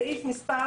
נתחיל עם סעיף מס'